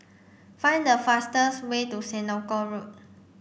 find the fastest way to Senoko Road